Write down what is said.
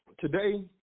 today